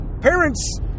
parents